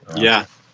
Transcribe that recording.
yeah,